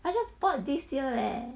I just bought this year leh